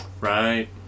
right